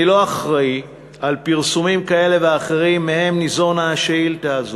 אני לא אחראי לפרסומים כאלה ואחרים שמהם ניזונה השאילתה הזאת,